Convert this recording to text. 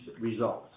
results